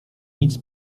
nic